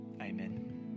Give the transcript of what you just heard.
Amen